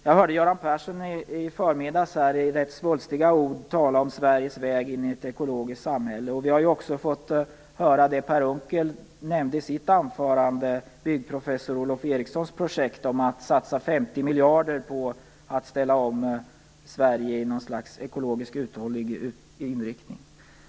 Jag hörde Göran Persson i förmiddags här med rätt svulstiga ord tala om Sveriges väg in i ett ekologiskt samhälle. Vi hörde också Per Unckel i sitt anförande nämna byggprofessor Olof Erikssons projekt att satsa 50 miljarder för att ställa om Sverige i något slags ekologisk och uthållig inriktning.